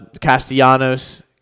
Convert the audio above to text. Castellanos